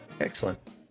Excellent